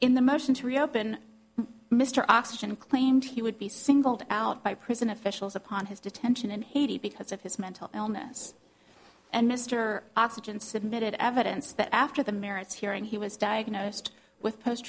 in the motion to reopen mr oxygen claimed he would be singled out by prison officials upon his detention in haiti because of his mental illness and mr oxygen submitted evidence that after the merits hearing he was diagnosed with post